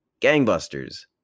Gangbusters